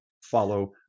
follow